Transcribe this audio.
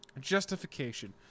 Justification